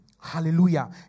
Hallelujah